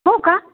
हो का